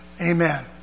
Amen